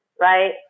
right